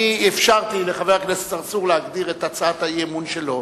אני אפשרתי לחבר הכנסת צרצור להגדיר את הצעת האי-אמון שלו.